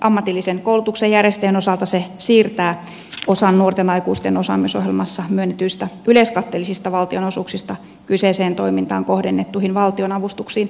ammatillisen koulutuksen järjestäjän osalta se siirtää osan nuorten aikuisten osaamisohjelmassa myönnetyistä yleiskatteellisista valtionosuuksista kyseiseen toimintaan kohdennettuihin valtionavustuksiin